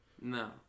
No